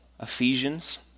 Ephesians